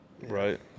Right